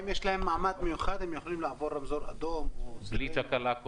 אם יש להם מעמד מיוחד עם יכולים לעבור ברמזור אדום -- בלי תקלה,